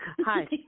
Hi